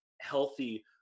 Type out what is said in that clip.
healthy